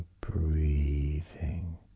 breathing